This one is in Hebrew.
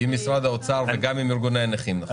עם משרד האוצר וגם עם ארגוני הנכים, נכון?